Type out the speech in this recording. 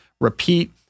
repeat